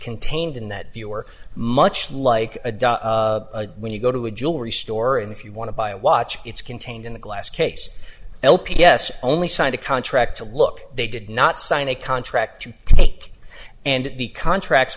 contained in that viewer much like a doll when you go to a jewelry store and if you want to buy a watch it's contained in the glass case l p s only signed a contract to look they did not sign a contract to take and the contracts